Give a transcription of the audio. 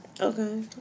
Okay